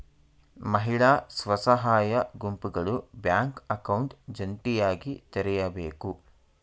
ಮಹಿಳಾ ಸ್ವಸಹಾಯ ಗುಂಪುಗಳು ಬ್ಯಾಂಕ್ ಅಕೌಂಟ್ ಜಂಟಿಯಾಗಿ ತೆರೆಯಬೇಕು